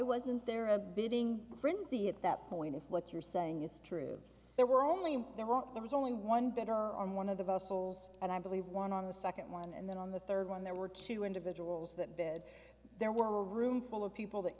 wasn't there a bidding frenzy at that point if what you're saying is true there were only there weren't there was only one better on one of the vessels and i believe one on the second one and then on the third one there were two individuals that bed there were a roomful of people that